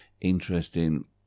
interesting